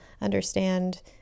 understand